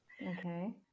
Okay